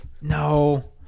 no